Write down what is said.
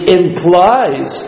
implies